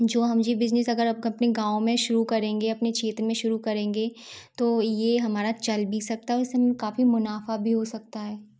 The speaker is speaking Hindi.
जो हम ये बिजनेस अगर अपने अपने गाँव मे शुरू करेंगे अपने क्षेत्र मे शुरू करेंगे तो ये हमारा चल भी सकता हैं और इस से हमें काफ़ी मुनाफ़ा भी हो सकता है